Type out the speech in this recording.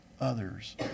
others